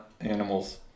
animals